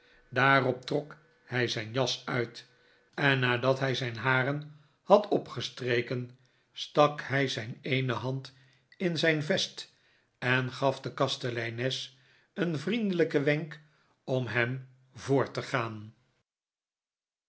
daarop trok hij zijn jas uit en nadat hij zijn haren had opgestreken stak hij zijn pecksniff als ziekentrooster eerie hand in zijn vest en gaf de kasteleines een vriendelijken wenk om hem voor te gaan